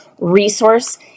resource